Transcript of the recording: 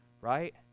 right